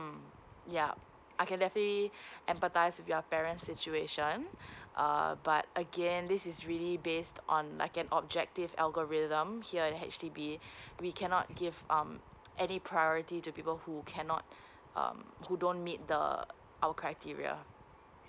yup I can definitely empathize with your parents' situation uh but again this is really based on like an objective algorithm here at H_D_B we cannot give um any priority to people who cannot um who don't meet the err our criteria